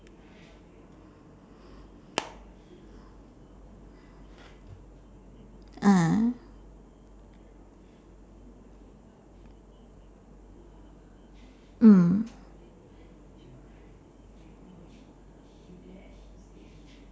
ah mm